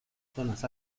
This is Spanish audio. zonas